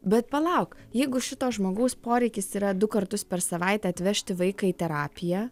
bet palauk jeigu šito žmogaus poreikis yra du kartus per savaitę atvežti vaiką į terapiją